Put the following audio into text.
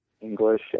English